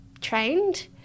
trained